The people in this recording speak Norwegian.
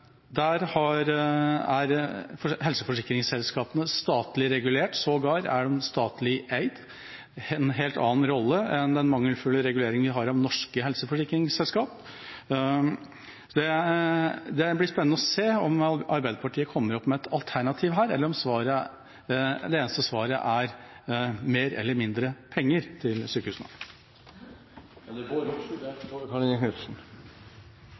er helseforsikringsselskapene statlig regulert, sågar er de statlig eid – en helt annen rolle enn den mangelfulle reguleringen vi har av norske helseforsikringsselskap. Det blir spennende å se om Arbeiderpartiet kommer opp med et alternativ her, eller om det eneste svaret er mer eller mindre penger til sykehusene. Det